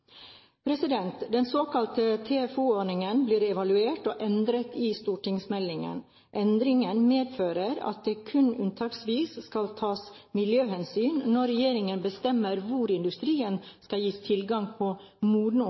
Den såkalte TFO-ordningen blir evaluert og endret i stortingsmeldingen. Endringen medfører at det kun unntaksvis skal tas miljøhensyn når regjeringen bestemmer hvor industrien skal gis tilgang til modne områder på